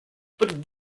but